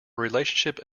relationship